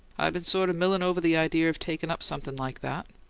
i been sort of milling over the idea of taking up something like that.